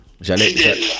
J'allais